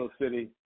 city